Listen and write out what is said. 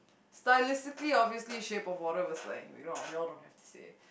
stylistically obviously shape of water was like we all we all don't have to say